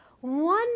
One